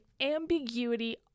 ambiguity